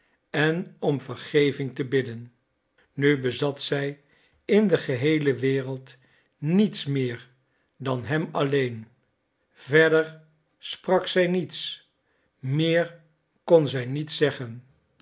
en om vergeving te bidden nu bezat zij in de geheele wereld niets meer dan hem alleen verder sprak zij niets meer kon zij niet zeggen